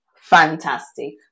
fantastic